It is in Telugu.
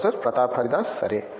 ప్రొఫెసర్ ప్రతాప్ హరిదాస్ సరే